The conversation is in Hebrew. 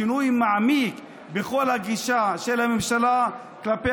שינוי מעמיק בכל הגישה של הממשלה כלפי